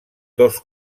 dos